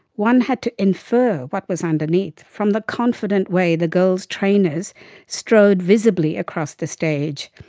one had to infer what was underneath from the confident way the girls' trainers strode visibly across the stage.